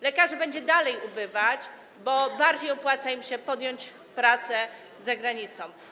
Lekarzy będzie nadal ubywać, bo bardziej opłaca im się podjąć pracę za granicą.